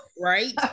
Right